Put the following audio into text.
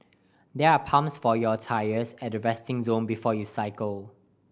there are pumps for your tyres at the resting zone before you cycle